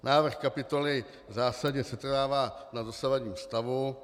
Návrh kapitoly v zásadě setrvává na dosavadním stavu.